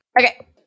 Okay